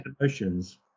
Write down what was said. emotions